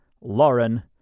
Lauren